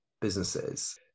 businesses